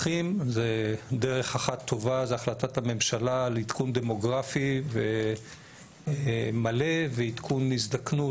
שדרך אחת טובה זה החלטת הממשלה לעדכון דמוגרפי מלא ועדכון הזדקנות,